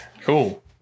cool